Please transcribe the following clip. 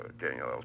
Daniel